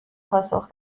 پاسخ